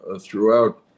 throughout